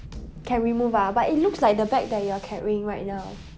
can remove ah but it looks like the bag that you are carrying right now